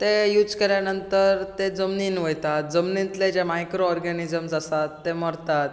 ते यूज केले नंतर ते जमनींत वयतात जमनींतले जे मायक्रो ऑरगॅनिजम आसात ते मरतात